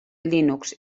linux